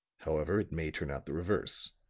however, it may turn out the reverse.